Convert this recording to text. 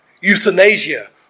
euthanasia